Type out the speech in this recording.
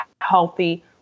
healthy